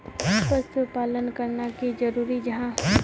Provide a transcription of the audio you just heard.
पशुपालन करना की जरूरी जाहा?